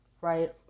right